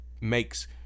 makes